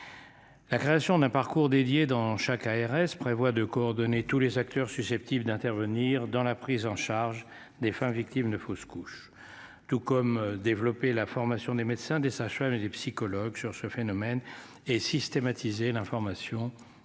La création d'un parcours dédié dans chaque ARS prévoit de coordonner tous les acteurs susceptibles d'intervenir dans la prise en charge des femmes victimes ne fausse couche tout comme développer la formation des médecins, des sages-femmes et des psychologues sur ce phénomène et systématiser l'information auprès